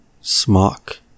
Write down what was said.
smock